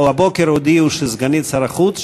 הבוקר הודיעו שסגנית שר החוץ,